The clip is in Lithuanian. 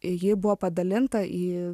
ji buvo padalinta į